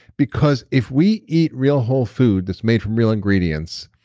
because if we eat real whole food that's made from real ingredients,